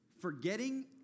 Forgetting